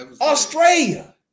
Australia